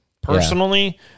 personally